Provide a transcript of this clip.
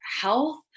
health